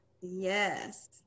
Yes